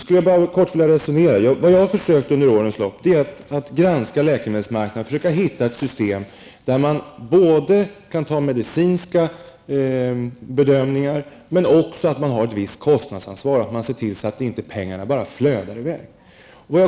Under årens lopp har jag försökt att granska läkemedelsmarknaden för att finna ett system, där man samtidigt som man kan ta hänsyn till medicinska bedömningar har ett visst kostnadsansvar, så att pengarna inte bara flödar i väg.